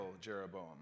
Jeroboam